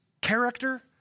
character